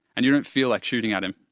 and you don't feel like shooting at him.